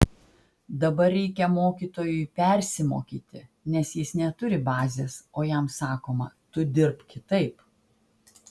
dabar reikia mokytojui persimokyti nes jis neturi bazės o jam sakoma tu dirbk kitaip